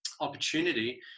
opportunity